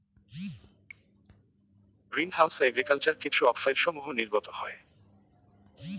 green house agriculture কিছু অক্সাইডসমূহ নির্গত হয়